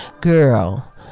girl